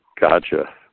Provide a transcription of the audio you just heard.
gotcha